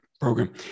program